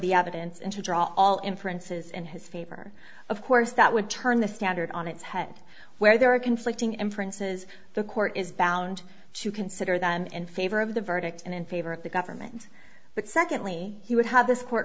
the evidence and to draw all inferences in his favor of course that would turn the standard on its head where there are conflicting and princes the court is bound to consider them in favor of the verdict and in favor of the government but secondly he would have this court